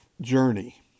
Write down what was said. Journey